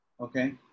Okay